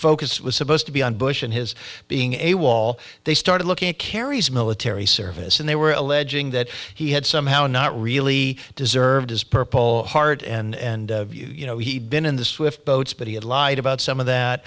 focus was supposed to be on bush and his being a wall they started looking at kerry's military service and they were alleging that he had somehow not really deserved his purple heart and you know he had been in the swift boats but he had lied about some of that